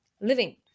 living